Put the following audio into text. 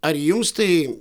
ar jums tai